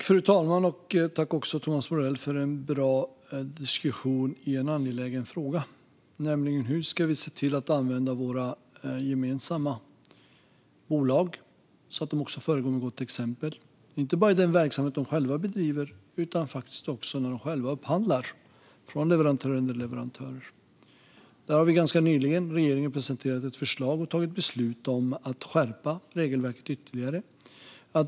Fru talman! Jag vill tacka Thomas Morell för en bra diskussion om en angelägen fråga, nämligen hur vi ska se till att använda våra gemensamma bolag så att de föregår med gott exempel inte bara i den verksamhet de själva bedriver utan också när de upphandlar från leverantörer och underleverantörer. Regeringen har ganska nyligen presenterat ett förslag och fattat beslut om att skärpa regelverket ytterligare.